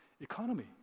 Economy